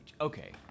Okay